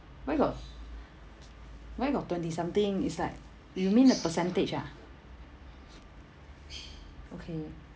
why got why got twenty something it's like you mean the percentage ah okay